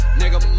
nigga